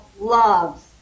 loves